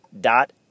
dot